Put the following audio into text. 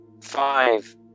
five